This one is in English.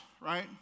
right